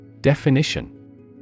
Definition